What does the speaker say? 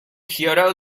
kyoto